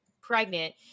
pregnant